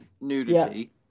nudity